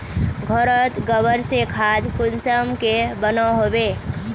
घोरोत गबर से खाद कुंसम के बनो होबे?